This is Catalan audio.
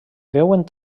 veuen